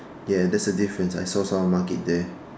ya there is a difference I saw at someone mark it there